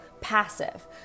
passive